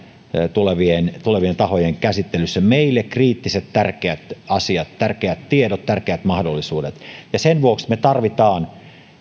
tulevien tulevien tahojen käsittelyssä meille kriittiset tärkeät asiat tärkeät tiedot tärkeät mahdollisuudet sen vuoksi me tarvitsemme